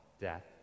death